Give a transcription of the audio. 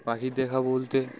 পাখির দেখা বলতে